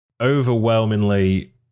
overwhelmingly